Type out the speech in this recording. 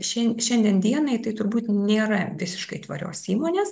šian šiandien dienai tai turbūt nėra visiškai tvarios įmonės